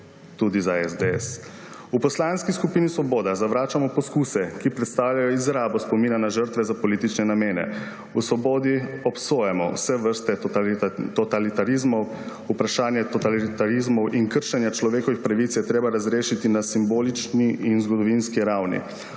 tudi za SDS. V Poslanski skupini Svoboda zavračamo poskuse, ki predstavljajo izrabo spomina na žrtve za politične namene. V Svobodi obsojamo vse vrste totalitarizmov. Vprašanje totalitarizmov in kršenja človekovih pravic je treba razrešiti na simbolični in zgodovinski ravni.